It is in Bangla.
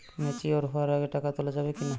ম্যাচিওর হওয়ার আগে টাকা তোলা যাবে কিনা?